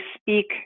speak